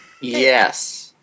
Yes